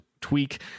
tweak